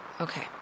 Okay